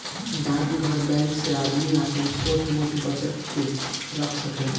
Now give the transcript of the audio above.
डाकघर बैंक से आदमी आपन छोट मोट बचत के रख सकेला